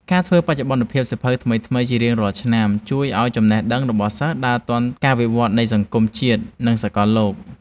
ការធ្វើបច្ចុប្បន្នភាពសៀវភៅថ្មីៗជារៀងរាល់ឆ្នាំ ជួយឱ្យចំណេះដឹងរបស់សិស្សដើរទាន់ការវិវត្តនៃសង្គមជាតិនិងសកលលោក។